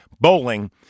bowling